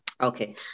Okay